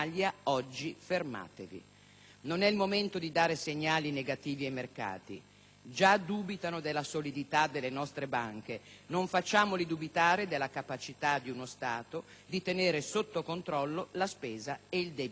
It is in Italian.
Non è il momento di dare segnali negativi ai mercati: già dubitano della solidità delle nostre banche, non facciamoli dubitare della capacità di uno Stato di tenere sotto controllo la spesa e il debito pubblico.